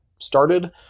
started